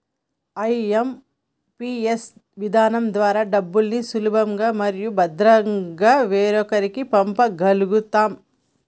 IMPS విధానం ద్వారా డబ్బుల్ని సులభంగా మరియు భద్రంగా వేరొకరికి పంప గల్గుతం